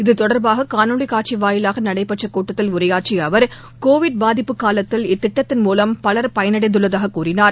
இது தொடர்பாக காணொலிக் காட்சி வாயிலாக நடைபெற்ற கூட்டத்தில் உரையாற்றிய அவர் கோவிட் பாதிப்பு காலத்தில் இத்திட்டத்தின் மூலம் பலர் பயனடைந்ததாக கூறினார்